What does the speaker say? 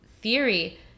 theory